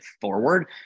forward